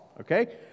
Okay